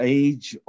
age